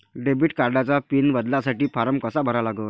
Debit कार्डचा PIN बदलासाठी form कसा भरा लागन?